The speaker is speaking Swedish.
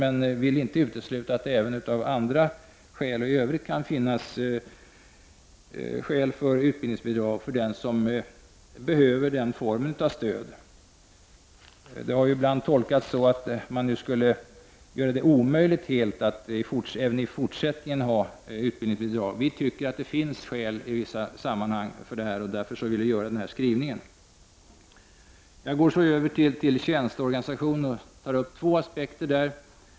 Men vi utesluter inte att det i övrigt kan finnas skäl att låta den få utbildningsbidrag som behöver den formen av stöd. Förslaget i propositionen har ibland tolkats så, att utbildningsbidrag i fortsättningen skulle vara en omöjlighet. Vi menar att det i vissa sammanhang finns skäl för sådana. Detta har också föranlett vår skrivning på den punkten. Jag går så över till frågan om tjänsteorganisationen. Här finns det två aspekter.